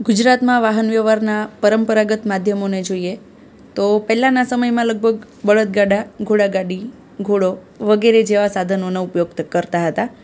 ગુજરાતમાં વાહન વ્યવહારના પરંપરાગત માધ્યમોને જોઈએ તો પહેલાંના સમયમાં લગભગ બળદગાડા ઘોડાગાડી ઘોડો વગેરે જેવા સાધનોનો ઉપયોગ કરતા હતા